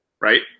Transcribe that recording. Right